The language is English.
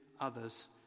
others